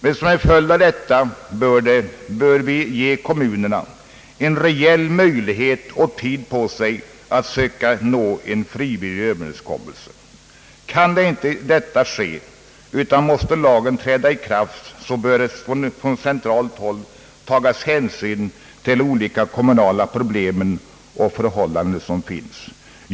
Men som en följd av detta bör vi ge kommunerna en rejäl möjlighet och tid för att söka nå en frivillig överenskommelse. Om inte detta kan ske, utan lagen måste träda i kraft, bör det från centralt håll tas hänsyn till de olika kommunala problem och förhållanden som finns.